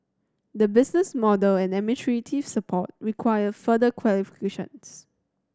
the business model and administrative support require further clarifications